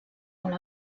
molt